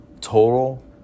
total